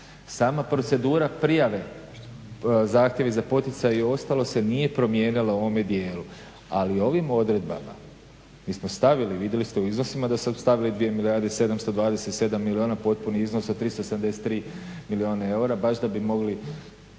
Sama procedura prijave zahtjeva za poticaj i ostalo se nije promijenilo u ovome dijelu. Ali ovim odredbama, mi smo stavili vidjeli ste u iznosima da smo stavili 2 milijarde 727 milijuna potpuni iznos od 373 milijuna eura baš da bi mogli